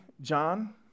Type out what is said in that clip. John